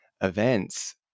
events